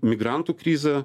migrantų krizė